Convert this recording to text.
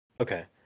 Okay